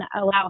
allow